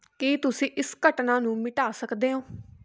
ਕੀ ਤੁਸੀਂ ਇਸ ਘਟਨਾ ਨੂੰ ਮਿਟਾ ਸਕਦੇ ਓਂ